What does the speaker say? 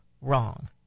wrong